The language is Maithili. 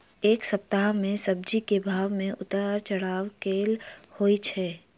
एक सप्ताह मे सब्जी केँ भाव मे उतार चढ़ाब केल होइ छै?